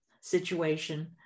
situation